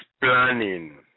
planning